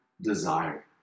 desire